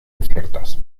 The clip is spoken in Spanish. inciertas